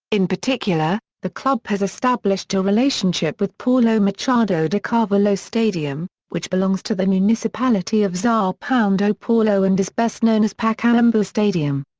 in particular, the club has established a relationship with paulo machado de carvalho stadium, which belongs to the municipality of sao and ah paulo and is best known as pacaembu stadium.